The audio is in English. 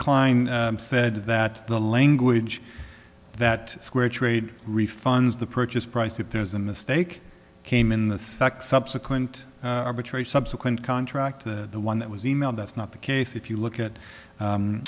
klein said that the language that square trade refunds the purchase price if there's a mistake came in the sack subsequent arbitrary subsequent contract to the one that was emailed that's not the case if you look at